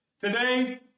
today